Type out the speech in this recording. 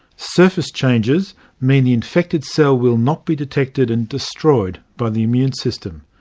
surface changes mean the infected cell will not be detected and destroyed by the immune system.